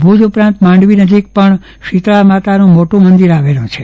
ભુજ ઉપરાંત માંડવી નજીક પણ શીતળા માતાનું મોટું મંદિર છે